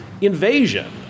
Invasion